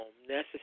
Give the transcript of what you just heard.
necessary